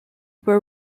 were